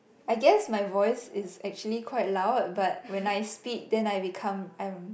I guess my voice is actually quite loud but when I speak then I become I am